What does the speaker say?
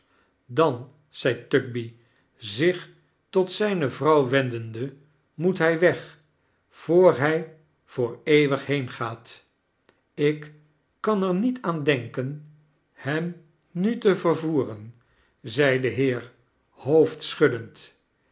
dan zei tugby zich tot zijne vrouw wemdende moet hij weg voor hij voor eeuwig heengaat ik kan er niet aan denken hem nu te vervoeren zei de heer